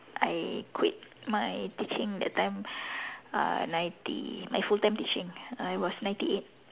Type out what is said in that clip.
I quit my teaching that time uh ninety my full time teaching I was ninety eight